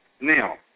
Now